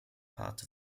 part